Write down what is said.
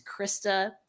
Krista